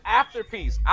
afterpiece